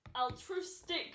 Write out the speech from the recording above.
altruistic